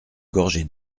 gorgées